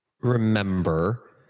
remember